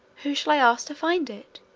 who shall i ask to find it?